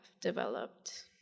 developed